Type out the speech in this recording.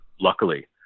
luckily